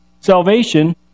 salvation